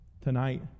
Tonight